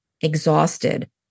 exhausted